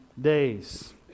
days